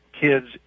kids